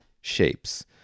shapes